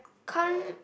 can't